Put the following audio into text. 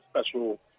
special